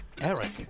Eric